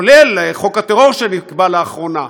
כולל חוק הטרור שנקבע לאחרונה,